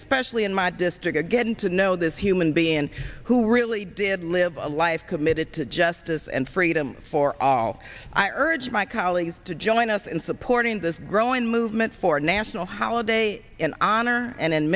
especially in my district getting to know this human being who really did live a life committed to justice and freedom for all i urge my colleagues to join us in supporting this growing movement for a national holiday in honor and in